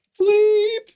bleep